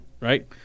right